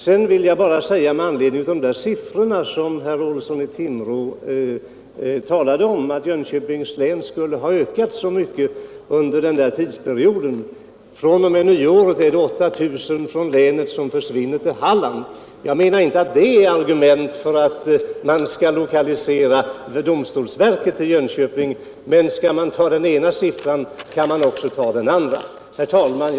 Herr Olsson i Timrå anförde några siffror, som skulle visa att Jönköpings län hade ökat så mycket under den här tidsperioden. Jag vill bara tala om att fr.o.m. nyåret är det 8 000 personer från länet som försvinner till Halland. Jag menar inte att det är ett argument för att lokalisera domstolsverket till Jönköping, men skall man ta den ena siffran kan man också ta den andra. Herr talman!